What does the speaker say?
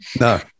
No